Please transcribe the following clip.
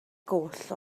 goll